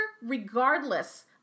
regardless